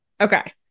Okay